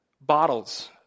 bottles